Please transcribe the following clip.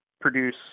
produce